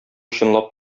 чынлап